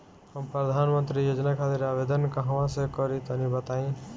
हम प्रधनमंत्री योजना खातिर आवेदन कहवा से करि तनि बताईं?